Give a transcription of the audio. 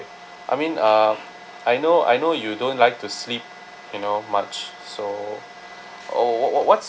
I mean uh I know I know you don't like to sleep you know much so or wh~ wh~ what's